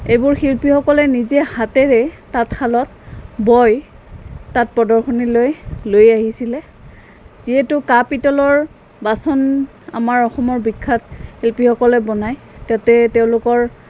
এইবোৰ শিল্পীসকলে নিজে হাতেৰেই তাঁতশালত বৈ তাত প্ৰদৰ্শনীলৈ লৈ আহিছিলে যিহেতু কাঁহ পিতলৰ বাচন আমাৰ অসমৰ বিখ্যাত শিল্পীসকলে বনায় তাতে তেওঁলোকৰ